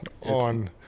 on